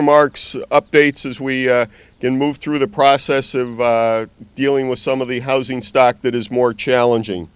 remarks updates as we can move through the process of dealing with some of the housing stock that is more challenging